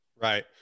Right